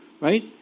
Right